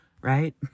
right